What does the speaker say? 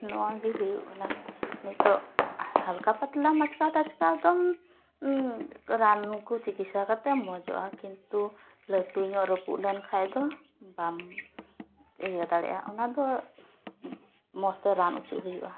ᱱᱚᱣᱟᱜᱮ ᱦᱩᱭᱩᱜ ᱠᱟᱱᱟ ᱱᱤᱛᱚᱜ ᱦᱟᱞᱠᱟ ᱯᱟᱛᱞᱟ ᱢᱟᱪᱠᱟᱣ ᱴᱟᱪᱠᱟᱣ ᱫᱚᱢ ᱨᱟᱱᱠᱚ ᱪᱤᱠᱤᱛᱥᱟ ᱠᱟᱛᱮᱢ ᱢᱚᱡᱚᱜᱼᱟ ᱠᱤᱱᱛᱩ ᱞᱟᱹᱴᱩᱧᱚᱜ ᱨᱟᱹᱯᱩᱫ ᱞᱮᱱᱠᱷᱟᱱᱫᱚ ᱵᱟᱢ ᱤᱭᱟᱹ ᱫᱟᱲᱮᱜᱼᱟ ᱚᱱᱟᱫᱚ ᱢᱚᱡᱽᱛᱮ ᱨᱟᱱ ᱚᱪᱚᱜ ᱦᱩᱭᱩᱜᱼᱟ